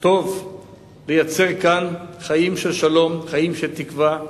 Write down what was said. טוב לייצר כאן חיים של שלום, חיים של תקווה.